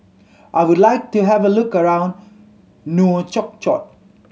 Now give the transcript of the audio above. I would like to have a look around Nouakchott